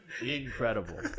Incredible